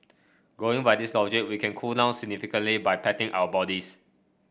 going by this logic we can cool down significantly by patting our bodies